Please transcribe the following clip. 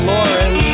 Lauren